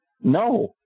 No